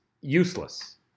useless